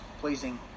pleasing